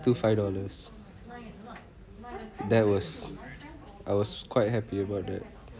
still five dollars that was I was quite happy about that